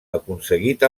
aconseguit